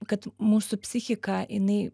kad mūsų psichika jinai